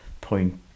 point